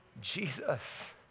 Jesus